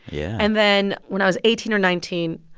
yeah. and then when i was eighteen or nineteen,